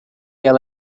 ela